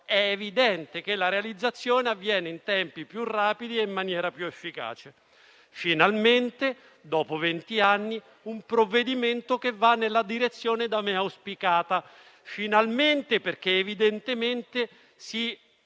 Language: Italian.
obiettivo, la realizzazione avviene in tempi più rapidi e in maniera più efficace. Finalmente, dopo venti anni, ecco un provvedimento che va nella direzione da me auspicata: finalmente, perché si punta a cambiare